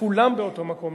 כולם באותו מקום,